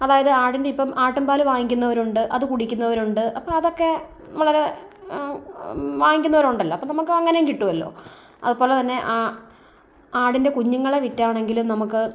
അതായത് ആടിൻ്റെ ഇപ്പം ആട്ടിൻ പാൽ വാങ്ങിക്കുന്നവരുണ്ട് അതു കുടിക്കുന്നവരുണ്ട് അപ്പോൾ അതൊക്കെ വളരെ വാങ്ങിക്കുന്നവർ ഉണ്ടല്ലോ അപ്പം നമുക്ക് അങ്ങനെയും കിട്ടുവല്ലോ അതുപോലെ തന്നെ ആടിൻ്റെ കുഞ്ഞുങ്ങളെ വിറ്റാണെങ്കിലും നമുക്ക്